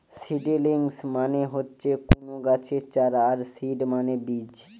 seedlings মানে হচ্ছে কুনো গাছের চারা আর সিড মানে বীজ